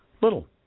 little